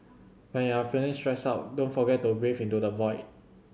when you are feeling stressed out don't forget to breathe into the void